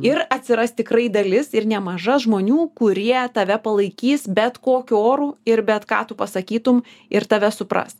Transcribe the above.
ir atsiras tikrai dalis ir nemaža žmonių kurie tave palaikys bet kokiu oru ir bet ką tu pasakytum ir tave supras